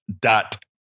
dot